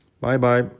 Bye-bye